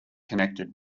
connected